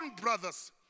brothers